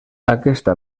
aquesta